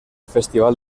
festival